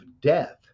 death